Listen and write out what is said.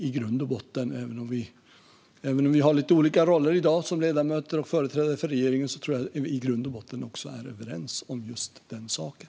Även om vi i dag har lite olika roller som ledamöter och företrädare för regeringen tror jag att vi i grund och botten är överens om just den saken.